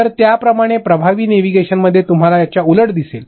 तर त्याच प्रमाणे प्रभावी सामग्रीमध्ये तुम्हाला याच्या उलट दिसेल